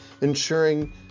ensuring